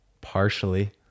partially